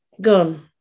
gone